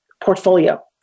portfolio